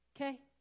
okay